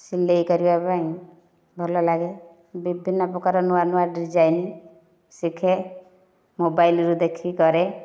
ସିଲେଇ କରିବାପାଇଁ ଭଲ ଲାଗେ ବିଭିନ୍ନ ପ୍ରକାର ନୂଆ ନୂଆ ଡିଜାଇନ ଶିଖେ ମୋବାଇଲରୁ ଦେଖି କରେ